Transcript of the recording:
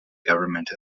government